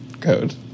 code